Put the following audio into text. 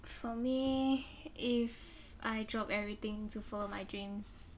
for me if I drop everything to follow my dreams